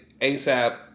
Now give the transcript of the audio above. ASAP